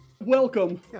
welcome